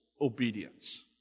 obedience